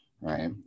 right